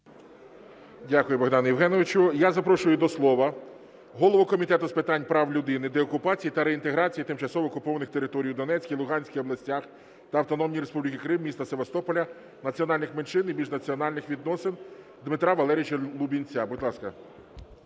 Дякую, Богдане Євгеновичу. Я запрошую до слова голову Комітету з питань прав людини, деокупації та реінтеграції тимчасово окупованих територій у Донецькій, Луганській областях та Автономної Республіки Крим, міста Севастополя, національних меншин і міжнаціональних відносин Дмитра Валерійовича Лубінця. Будь ласка.